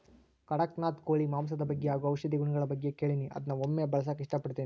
ಕಡಖ್ನಾಥ್ ಕೋಳಿ ಮಾಂಸದ ಬಗ್ಗೆ ಹಾಗು ಔಷಧಿ ಗುಣಗಳ ಬಗ್ಗೆ ಕೇಳಿನಿ ಅದ್ನ ಒಮ್ಮೆ ಬಳಸಕ ಇಷ್ಟಪಡ್ತಿನಿ